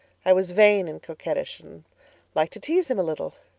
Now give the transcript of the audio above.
i was vain and coquettish and liked to tease him a little.